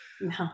No